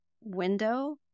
window